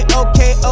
okay